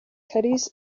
caddies